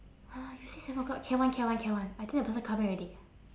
you say seven o'clock can [one] can [one] can [one] I think the person coming already